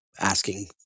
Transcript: asking